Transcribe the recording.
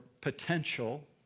potential